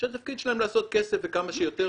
שהתפקיד שלהם לעשות כסף וכמה שיותר.